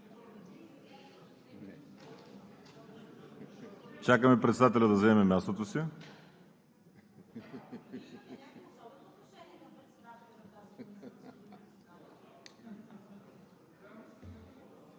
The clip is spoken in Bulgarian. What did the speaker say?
Чакаме председателят да заеме мястото си.